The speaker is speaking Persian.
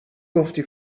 گفتی